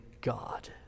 God